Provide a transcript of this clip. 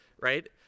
right